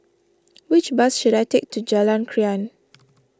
which bus should I take to Jalan Krian